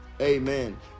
Amen